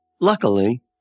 Luckily